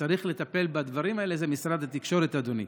שצריך לטפל בדברים האלה זה משרד התקשורת, אדוני.